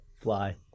fly